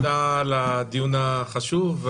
תודה על הדיון החשוב.